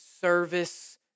service